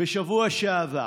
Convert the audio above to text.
בשבוע שעבר.